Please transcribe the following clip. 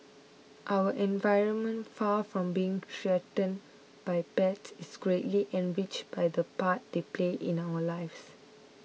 our environment far from being threatened by pets is greatly enriched by the part they play in our lives